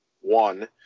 one